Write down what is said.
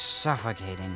suffocating